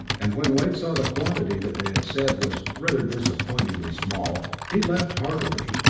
and when wade saw the quantity that they had said was rather disappointingly small he laughed heartily.